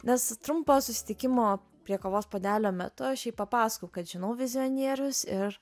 nes trumpo susitikimo prie kavos puodelio metu aš jai papasakojau kad žinau vizionierius ir